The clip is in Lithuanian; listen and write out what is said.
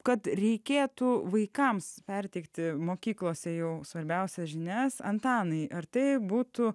kad reikėtų vaikams perteikti mokyklose jau svarbiausias žinias antanai ar tai būtų